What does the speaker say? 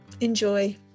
Enjoy